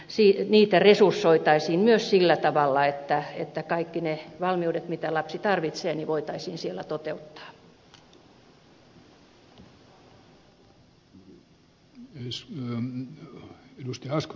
siitä mitä niitä myös resursoitaisiin sillä tavalla että kaikki ne valmiudet mitä lapsi tarvitsee voitaisiin siellä laitoksessa toteuttaa